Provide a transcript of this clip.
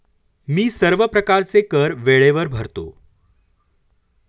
मी सर्व प्रकारचे कर वेळेवर भरतो